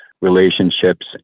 relationships